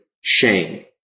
shame